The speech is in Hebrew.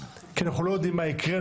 כי אנחנו לא יודעים מה יקרה.